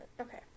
Okay